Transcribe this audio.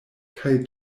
kaj